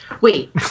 Wait